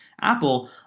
Apple